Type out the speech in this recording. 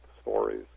stories